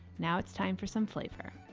now it's time for some flavor.